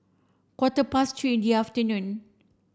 quarter past three in the afternoon